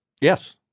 Yes